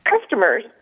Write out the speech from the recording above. customers